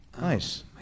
Nice